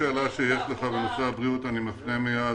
שאלה שיש לך בנושא הבריאות אני מפנה מייד